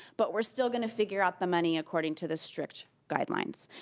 but we're still gonna figure out the money according to the strict guidelines.